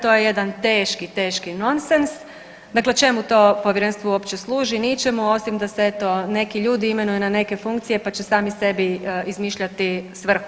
To je jedan teški, teški nonsens, dakle čemu to povjerenstvo uopće služi, ničem, osim da se eto neki ljudi imenuju na neke funkcije, pa će sami sebi izmišljati svrhu.